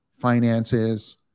finances